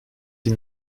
sie